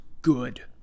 good